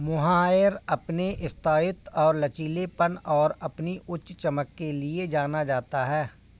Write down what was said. mohair अपने स्थायित्व और लचीलेपन और अपनी उच्च चमक के लिए जाना जाता है